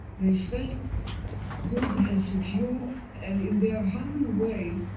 they felt good and secure and in their humble way,